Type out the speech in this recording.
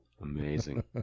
amazing